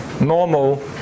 normal